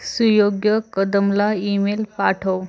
सुयोग्य कदमला ईमेल पाठव